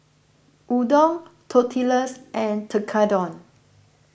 Udon Tortillas and Tekkadon